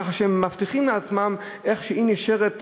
כך הם מבטיחים לעצמם שהיא נשארת,